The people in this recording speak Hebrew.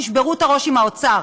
תשברו את הראש עם האוצר.